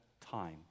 time